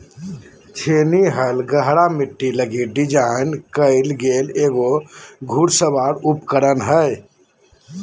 छेनी हल गहरा मिट्टी लगी डिज़ाइन कइल गेल एगो घुड़सवार उपकरण हइ